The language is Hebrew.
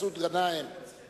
חבר הכנסת